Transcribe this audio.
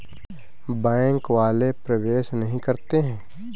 Bank वाले प्रवेश नहीं करते हैं?